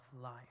life